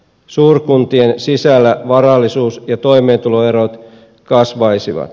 suurkuntien sisällä varallisuus ja toimeentuloerot kasvaisivat